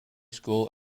school